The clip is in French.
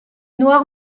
noirs